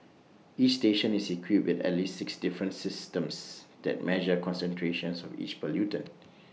each station is equipped with at least six different systems that measure concentrations of each pollutant